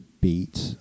beat